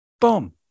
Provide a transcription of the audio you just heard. Boom